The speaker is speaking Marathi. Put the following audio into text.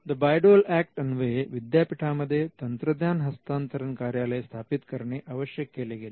The Bayh Dole Act अन्वये विद्यापीठांमध्ये तंत्रज्ञान हस्तांतरण कार्यालय स्थापित करणे आवश्यक केले गेले